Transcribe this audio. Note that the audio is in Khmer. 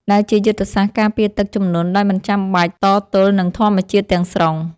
ដែលជាយុទ្ធសាស្ត្រការពារទឹកជំនន់ដោយមិនចាំបាច់តទល់នឹងធម្មជាតិទាំងស្រុង។